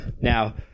Now